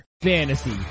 Fantasy